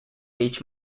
each